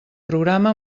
programa